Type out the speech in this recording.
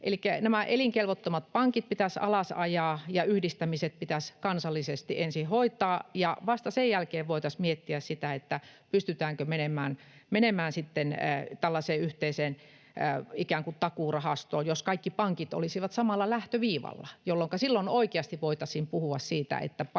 elinkelvottomat pankit pitäisi alas ajaa ja yhdistämiset pitäisi kansallisesti ensin hoitaa, ja vasta sen jälkeen voitaisiin miettiä sitä, pystytäänkö menemään tällaiseen yhteiseen ikään kuin takuurahastoon, jos kaikki pankit olisivat samalla lähtöviivalla, jolloinka silloin oikeasti voitaisiin puhua siitä, että pankkien